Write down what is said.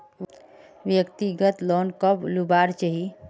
व्यक्तिगत लोन कब लुबार चही?